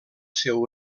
seu